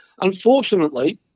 Unfortunately